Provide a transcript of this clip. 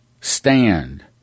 stand